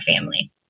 family